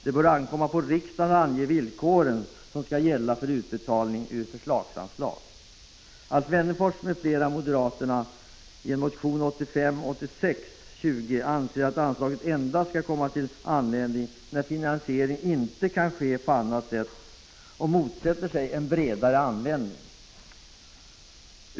Det bör ankomma på riksdagen att ange de villkor som skall gälla för utbetalning av förslagsanslag.